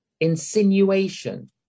Insinuation